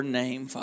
name